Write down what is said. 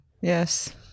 Yes